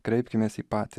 kreipkimės į patį